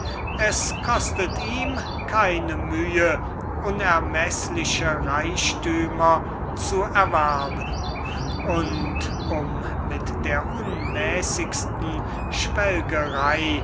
es kostet ihn keine mühe unermeßliche reichtümer zu erwerben und um mit der unmäßigsten